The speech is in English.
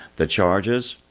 the charges?